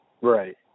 Right